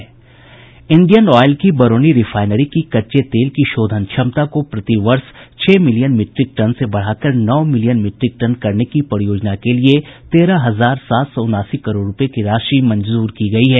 Indian Oil की Barauni refinery की कच्चे तेल की शोधन क्षमता को प्रति वर्ष छह मिलियन मिट्रीक टन से बढ़ा कर नौ मिलियन मिट्रीक टन करने की परियोजना के लिए तेरह हजार सात सौ उनासी करोड़ रूपये की राशि मंजूर की गयी है